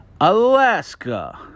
Alaska